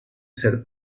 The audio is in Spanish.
ser